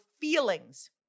feelings